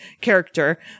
character